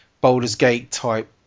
boulders-gate-type